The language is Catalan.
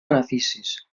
beneficis